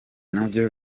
nabyo